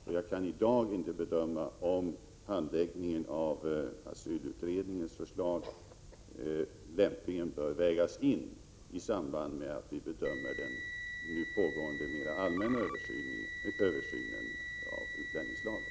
I dag kan jag inte bedöma om handläggningen av asylutredningens förslag lämpligen bör vägas in i samband med vår bedömning av den nu pågående mera allmänna översynen av utlänningslagen.